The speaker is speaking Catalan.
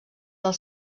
del